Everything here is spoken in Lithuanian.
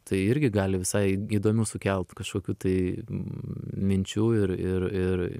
tai irgi gali visai įdomių sukelt kažkokių tai minčių ir ir ir